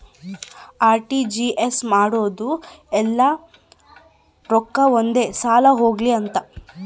RTGS ಮಾಡೋದು ಯೆಲ್ಲ ರೊಕ್ಕ ಒಂದೆ ಸಲ ಹೊಗ್ಲಿ ಅಂತ